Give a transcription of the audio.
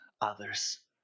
others